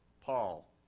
Paul